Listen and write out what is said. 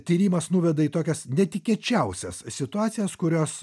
tyrimas nuveda į tokias netikėčiausias situacijas kurios